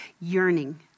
yearning